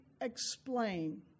explain